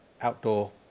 outdoor